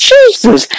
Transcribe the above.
Jesus